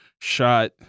shot